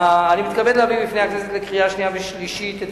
אני מתכבד להביא בפני הכנסת לקריאה השנייה ולקריאה השלישית את